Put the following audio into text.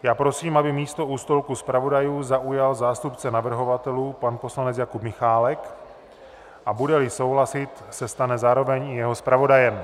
Já prosím, aby místo u stolku zpravodajů zaujal zástupce navrhovatelů pan poslanec Jakub Michálek, a budeli souhlasit, stane se zároveň i jeho zpravodajem.